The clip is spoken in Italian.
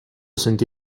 sentì